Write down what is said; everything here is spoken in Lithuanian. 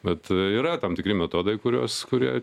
bet yra tam tikri metodai kuriuos kurie